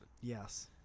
yes